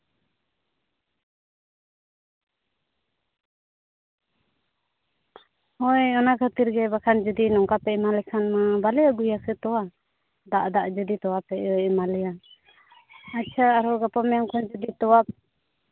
ᱦᱳᱭ ᱚᱱᱟ ᱠᱷᱟᱹᱛᱤᱨ ᱜᱮ ᱵᱟᱠᱷᱟᱱ ᱡᱩᱫᱤ ᱱᱚᱝᱠᱟ ᱯᱮ ᱮᱢᱟ ᱞᱮᱠᱷᱟᱱ ᱵᱟᱞᱮ ᱟᱹᱜᱩᱭᱟ ᱥᱮ ᱛᱚᱣᱟ ᱫᱟᱜ ᱫᱟᱜ ᱡᱩᱫᱤ ᱛᱚᱣᱟ ᱯᱮ ᱮᱢᱟᱞᱮᱭᱟ ᱟᱪᱪᱷᱟ ᱟᱨᱚ ᱜᱟᱯᱟ ᱢᱮᱭᱟᱝ ᱠᱷᱚᱱ ᱡᱩᱫᱤ ᱟᱨᱦᱚᱸ ᱛᱚᱣᱟ